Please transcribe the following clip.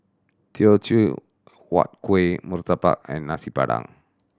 Teochew Huat Kuih murtabak and Nasi Padang